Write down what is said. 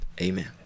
Amen